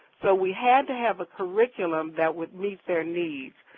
so we had to have a curriculum that would meet their needs.